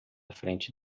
frente